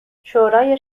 شورای